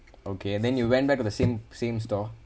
okay and then you went back to the same same store